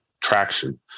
traction